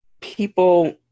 people